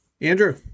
andrew